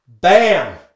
bam